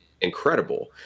incredible